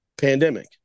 pandemic